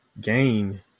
gain